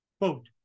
Quote